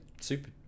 super